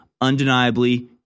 undeniably